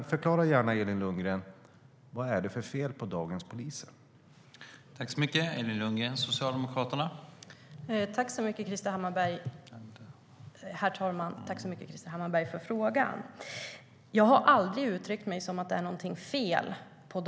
Förklara gärna, Elin Lundgren: Vad är det för fel på dagens poliser?